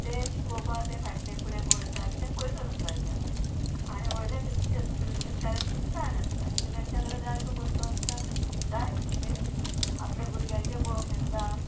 तें शिकोवपा तें फाटलें फुडें पळयता कित्या पयसो नासता तेंच्या कडेन आनी व्हडल्या शेत शेतकाऱ्यांक तशें कांय नासता कित्या तेंच्या कडेन जायतो पयसो आसता जाय तशें ते आपल्या भुरग्याचें पळोवंक शकता